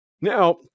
Now